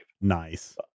Nice